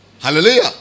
Hallelujah